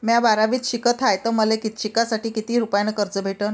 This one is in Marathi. म्या बारावीत शिकत हाय तर मले शिकासाठी किती रुपयान कर्ज भेटन?